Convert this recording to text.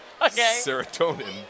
serotonin